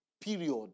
period